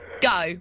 go